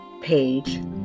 page